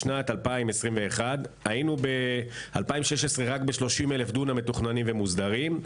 בשנת 2021. היינו ב-2016 רק עם 30,000 דונם מתוכננים ומוסדרים,